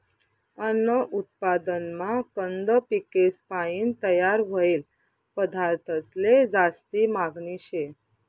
अन्न उत्पादनमा कंद पिकेसपायीन तयार व्हयेल पदार्थंसले जास्ती मागनी शे